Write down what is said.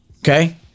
Okay